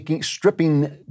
stripping